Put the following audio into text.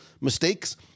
mistakes